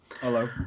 Hello